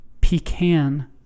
Pecan